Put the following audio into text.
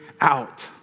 out